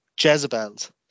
Jezebels